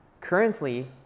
currently